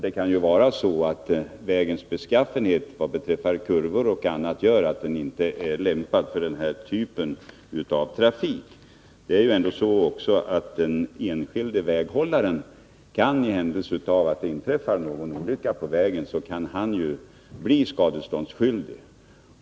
Det kan ju vara så att vägens beskaffenhet beträffande kurvor och annat gör att den inte är lämpad för denna typ av trafik. Det är också så att den enskilde väghållaren i händelse av att det inträffar någon olycka på vägen kan bli skadeståndsskyldig.